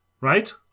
Right